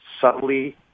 subtly